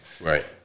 Right